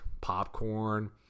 popcorn